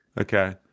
Okay